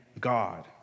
God